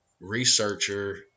researcher